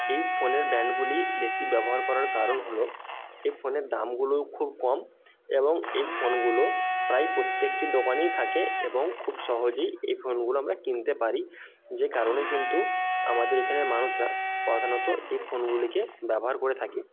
এই ফোনের ব্র্যান্ডগুলি বেশি ব্যবহার করার কারণ হলো এই ফোনের দামগুলোও খুব কম এবং এই ফোনগুলো প্রায় প্রত্যেকটি দোকানেই থাকে এবং খুব সহজেই এই ফোনগুলো আমরা কিনতে পারি যে কারণে কিন্তু আমাদের এখানের মানুষরা প্রধানত এই ফোনগুলিকে ব্যবহার করে থাকি